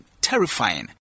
terrifying